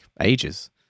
ages